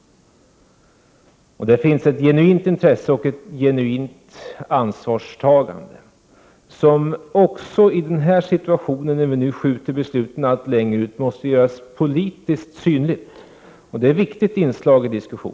Det finns ett genuint intresse och ett genuint ansvarstagande som — också i denna situation, där vi skjuter besluten allt längre ut — måste göras politiskt synliga. Det är ett viktigt inslag.